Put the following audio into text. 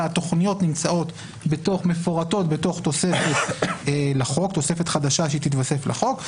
אלא שהתוכניות נמצאות ומפורטות בתוך תוספת חדשה שתתווסף לחוק,